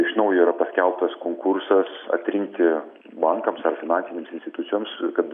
iš naujo yra paskelbtas konkursas atrinkti bankams ar finansinėms institucijoms kad